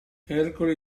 ercole